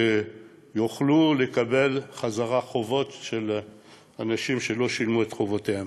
שהן יוכלו לקבל חזרה חובות של אנשים שלא שילמו את חובותיהם.